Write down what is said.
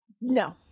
No